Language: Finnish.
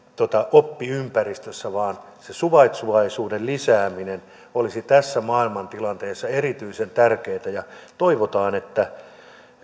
oppiympäristössä vaan se suvaitsevaisuuden lisääminen olisi tässä maailmantilanteessa erityisen tärkeätä toivotaan että